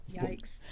Yikes